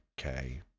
Okay